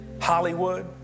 Hollywood